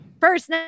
First